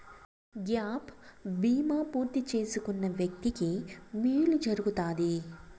gap బీమా పూర్తి చేసుకున్న వ్యక్తికి మేలు జరుగుతాది